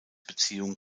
beziehung